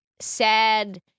sad